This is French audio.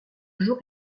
jour